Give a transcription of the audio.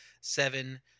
seven